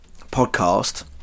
podcast